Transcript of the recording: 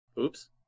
Oops